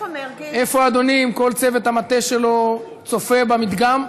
איפה אדוני עם כל צוות המטה שלו צופה במדגם?